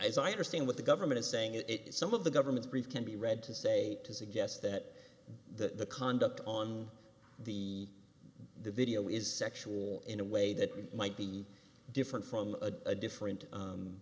as i understand what the government is saying it is some of the government can be read to say to suggest that the conduct on the the video is sexual in a way that might be different from a different